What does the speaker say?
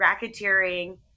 racketeering